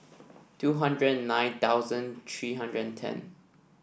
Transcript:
two hundred and nine thousand three hundred and ten